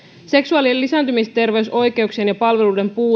seksuaali ja lisääntymisterveysoikeuksien ja palveluiden puute